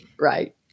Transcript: right